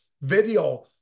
video